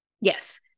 Yes